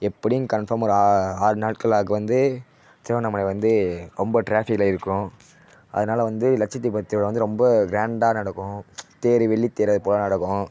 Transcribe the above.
எப்படியும் கன்ஃபார்மாக ஒரு ஆறு நாட்கள் அதுக்கு வந்து திருவண்ணாமலை வந்து ரொம்ப டிராஃபிக்ல இருக்கும் அதனால வந்து லட்ச தீப திருவிழா வந்து ரொம்ப க்ராண்டாக நடக்கும் தேர் வெள்ளி தேர் அதுபோல் நடக்கும்